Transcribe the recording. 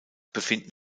befinden